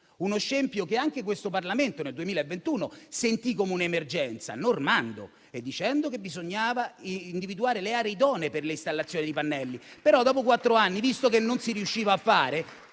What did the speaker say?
uno scempio che anche questo Parlamento nel 2021 sentì come un'emergenza, normando e dicendo che bisognava individuare le aree idonee per le installazioni di pannelli. Dopo quattro anni, però, visto che non si riusciva a fare